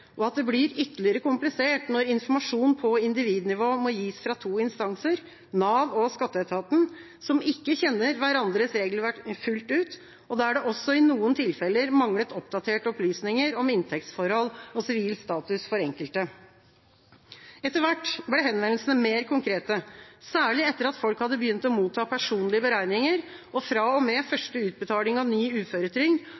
og at det blir ytterligere komplisert når informasjon på individnivå må gis fra to instanser, Nav og skatteetaten, som ikke kjenner hverandres regelverk fullt ut, og der det også i noen tilfeller manglet oppdaterte opplysninger om inntektsforhold og sivil status for enkelte. Etter hvert ble henvendelsene mer konkrete, særlig etter at folk hadde begynt å motta personlige beregninger, og fra og med første utbetaling av ny